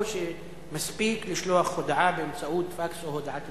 או שמספיק לשלוח הודעה באמצעות פקס או הודעה טלפונית?